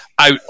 Out